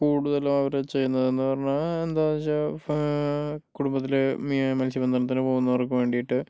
കൂടുതലും അവര് ചെയ്യുന്നതെന്നു പറഞ്ഞാൽ എന്താ വെച്ചാൽ കുടുംബത്തിലെ മത്സ്യബന്ധനത്തിന് പോവുന്നവർക്ക് വേണ്ടീട്ട്